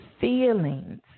feelings